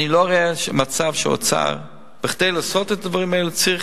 אני לא רואה מצב שהאוצר כדי לעשות את הדברים האלה צריך